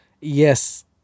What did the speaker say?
Yes